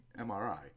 MRI